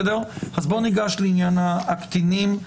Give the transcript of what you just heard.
אז ניגש לעניין של הקטינים.